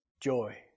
joy